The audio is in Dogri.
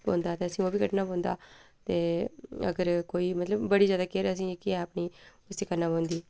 पौंदा ऐ ते उस्सी मतलब कड्ढना पौंदा ते अगर कोई मतलब बड़ी जैदा केयर असें ई जेह्की ऐ अपनी इसी करना पौंदी